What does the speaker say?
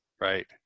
Right